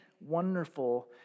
wonderful